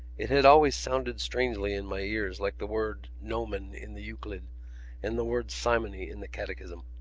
it had always sounded strangely in my ears, like the word gnomon in the euclid and the word simony in the catechism.